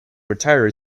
retire